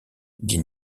dit